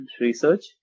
research